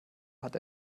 hat